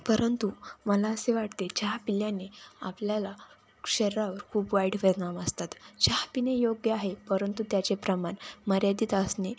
परंतु मला असे वाटते चहा प्याल्याने आपल्याला शरीरावर खूप वाईट परिणाम असतात चहा पिणे योग्य आहे परंतु त्याचे प्रमाण मर्यादीत असणे